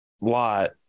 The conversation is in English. lot